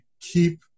keep